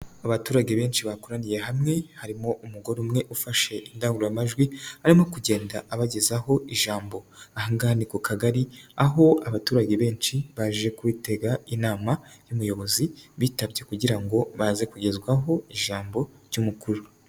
Abaturage benshi bakoraniye hamwe harimo umugore umwe ufashe indangururamajwi arimo kugenda abagezaho ijambo, ahangaha ni ku kagari aho abaturage benshi baje kwitega inama y'ubuyobozi bitabye kugira ngo baze kugezwaho ijambo ry'umukuru.